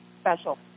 special